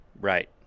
Right